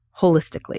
holistically